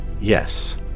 yes